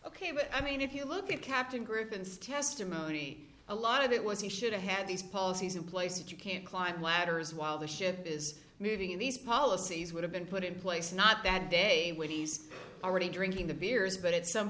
ok but i mean if you look at captain griffin's testimony a lot of it was he should have had these policies in place you can't climb ladders while the ship is moving these policies would have been put in place not that day when he's already drinking the beers but at some